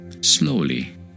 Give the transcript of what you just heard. slowly